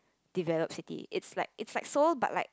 developed city it's like it's like Seoul but like